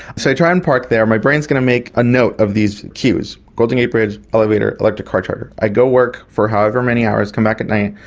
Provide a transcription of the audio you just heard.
so i try and park there, my brain is going to make a note of these cues golden gate bridge, elevator, electric car charger. i go work for however many hours, come back at night,